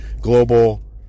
global